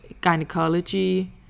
gynecology